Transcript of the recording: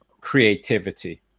creativity